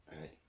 right